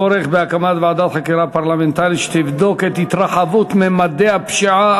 הצורך בהקמת ועדת חקירה פרלמנטרית בנושא התרחבות ממדי הפשיעה,